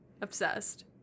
Obsessed